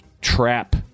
trap